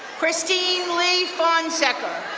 christine lee fonsecar.